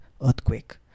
Earthquake